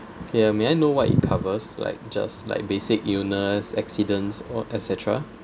okay may I know what it covers like just like basic illness accidents or etcetera